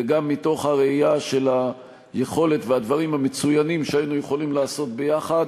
וגם מתוך הראייה של היכולת והדברים המצוינים שהיינו יכולים לעשות ביחד